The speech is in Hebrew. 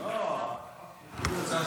מיכל,